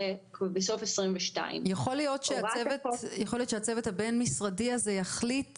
כבר בסוף שנת 2022. יכול להיות שהצוות הבין משרדי הזה יחליט